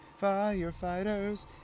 Firefighters